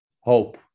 hope